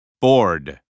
bored